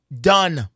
Done